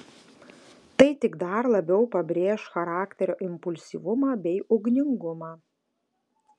tai tik dar labiau pabrėš charakterio impulsyvumą bei ugningumą